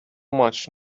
much